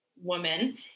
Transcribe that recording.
woman